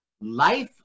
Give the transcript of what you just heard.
Life